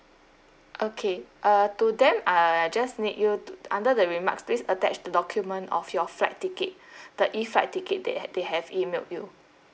okay uh to them I just need you to under the remarks please attach the document of your flight ticket the E flight ticket that they have emailed you